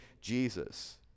Jesus